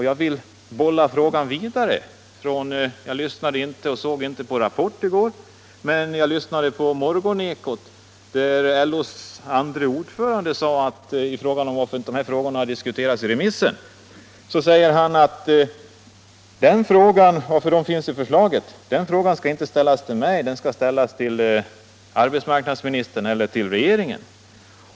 Jag vill bolla frågan vidare. Jag såg inte på Rapport i går, men jag lyssnade på Morgonekot i dag, där LO:s andre ordförande tillfrågades om varför de här sakerna finns i förslaget när de inte diskuterats under remissbehandlingen. Han svarade: Den frågan skall inte ställas till mig — den skall ställas till arbetsmarknadsministern eller till regeringen.